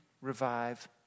revive